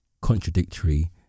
contradictory